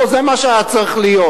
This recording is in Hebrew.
פה זה מה שהיה צריך להיות.